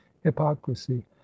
hypocrisy